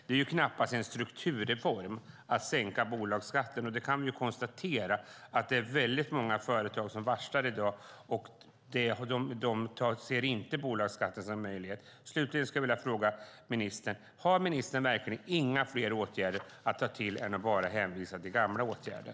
Det är knappast en strukturreform att sänka bolagsskatten. Vi kan konstatera att det är många företag som varslar i dag. De ser inte sänkt bolagsskatt som en möjlighet. Slutligen vill jag ställa en fråga till ministern. Har ministern verkligen inte några fler åtgärder att ta till än att bara hänvisa till gamla åtgärder?